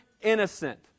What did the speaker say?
innocent